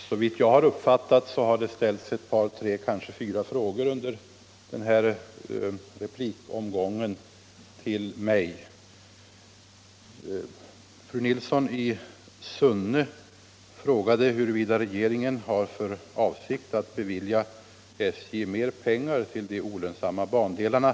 Herr talman! Det har i den här omgången ställts ett par tre, kanske fyra frågor till mig. Fru Nilsson i Sunne frågade huruvida regeringen har för avsikt att bevilja SJ mer pengar till de olönsamma bandelarna.